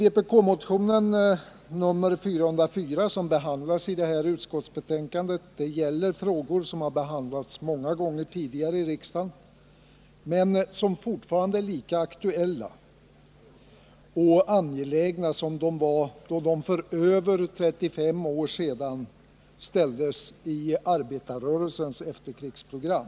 Vpk-motionen nr 404, som behandlas i detta betänkande, gäller frågor som diskuterats många gånger tidigare i riksdagen men som fortfarande är lika aktuella och angelägna som de var då de för över 35 år sedan fördes fram i arbetarrörelsens efterkrigsprogram.